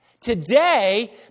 Today